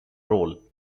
role